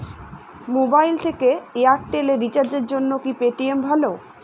Mobile থেকে এয়ারটেল এ রিচার্জের জন্য কি পেটিএম ভালো?